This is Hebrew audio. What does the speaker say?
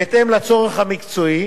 בהתאם לצורך המקצועי